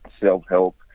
self-help